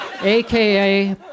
AKA